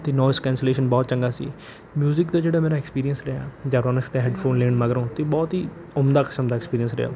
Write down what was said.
ਅਤੇ noise cancellation ਬਹੁਤ ਚੰਗਾ ਸੀ ਮਿਊਜ਼ਿਕ ਦਾ ਜਿਹੜਾ ਮੇਰਾ ਐਕਸਪੀਰੀਐਂਸ ਰਿਹਾ ਜੇਬਰੋਨਿਕਸ ਦੇ ਹੈੱਡਫ਼ੋਨ ਲੈਣ ਮਗਰੋਂ ਤਾਂ ਬਹੁਤ ਹੀ ਉਮਦਾ ਕਿਸਮ ਦਾ ਐਕਸਪੀਰੀਐਂਸ ਰਿਹਾ